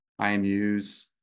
IMUs